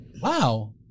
Wow